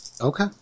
Okay